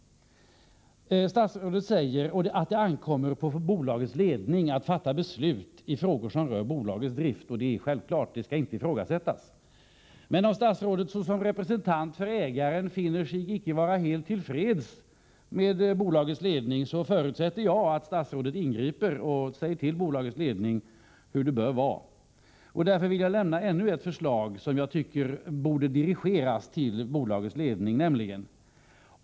Statsrådet säger att det ankommer på bolagsledningen att fatta beslut i frågor som rör bolagets drift. Det är självklart, och det skall inte ifrågasättas. Men om statsrådet såsom representant för ägaren finner sig vara icke helt till freds med bolagets ledning, förutsätter jag att statsrådet ingriper och säger till ledningen hur det bör vara. Därför vill jag lämna ännu ett förslag, som jag tycker borde dirigeras till bolagets ledning.